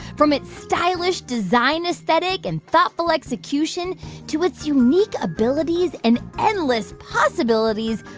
from its stylish design aesthetic and thoughtful execution to its unique abilities and endless possibilities,